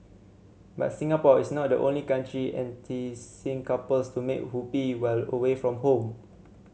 but Singapore is not the only country enticing couples to make whoopee while away from home